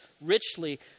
richly